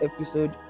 episode